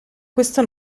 questo